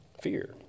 fear